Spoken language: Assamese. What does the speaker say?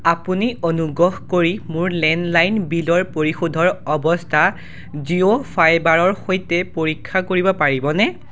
আপুনি অনুগ্ৰহ কৰি মোৰ লেণ্ডলাইন বিলৰ পৰিশোধৰ অৱস্থা জিঅ' ফাইবাৰৰ সৈতে পৰীক্ষা কৰিব পাৰিবনে